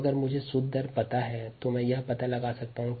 अगर मुझे शुद्ध दर पता है तो मैं यह पता लगा सकता हूं